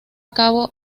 cabo